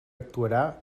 actuarà